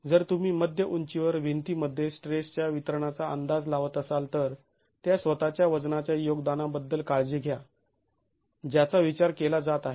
जर तुम्ही मध्य उंचीवर भिंतीमध्ये स्ट्रेसच्या वितरणाचा अंदाज लावत असाल तर त्या स्वतःच्या वजनाच्या योगदानाबद्दल काळजी घ्या ज्याचा विचार केला जात आहे